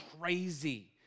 crazy